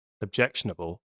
objectionable